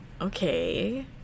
okay